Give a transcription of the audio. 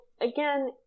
again